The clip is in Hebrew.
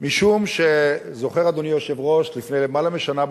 משום שזוכר אדוני היושב-ראש שלפני למעלה משנה,